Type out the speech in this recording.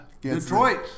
Detroit